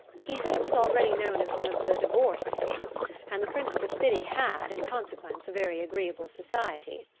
he said it was already known as one of the divorce states and the principal city had, in consequence, a very agreeable society.